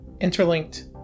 interlinked